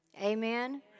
Amen